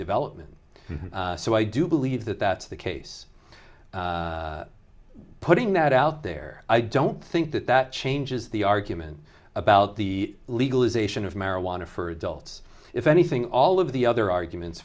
development so i do believe that that's the case putting that out there i don't think that that changes the argument about the legalization of marijuana for adults if anything all of the other arguments